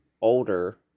older